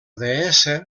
deessa